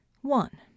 One